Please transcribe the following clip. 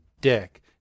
dick